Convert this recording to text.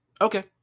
Okay